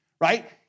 right